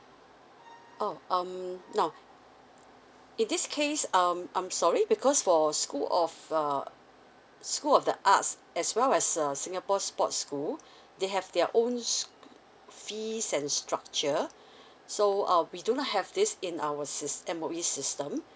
oh um now in this case um I'm sorry because for school of uh school of the arts as well as uh singapore sports school they have their own sch~ fees and structure so uh we do not have this in our sys~ M_O_E system